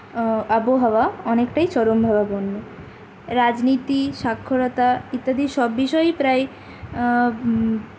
আবহাওয়া অনেকটাই চরমভাবাপন্ন রাজনীতি সাক্ষরতা ইত্যাদি সব বিষয়েই প্রায়